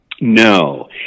No